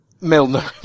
Milner